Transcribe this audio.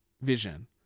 vision